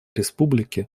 республики